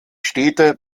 städte